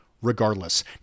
regardless